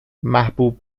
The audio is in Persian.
محبوب